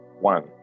one